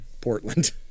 Portland